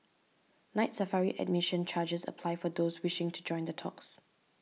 Night Safari admission charges apply for those wishing to join the talks